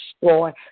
destroy